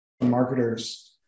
marketers